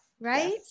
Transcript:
Right